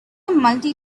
multi